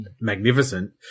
magnificent